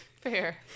Fair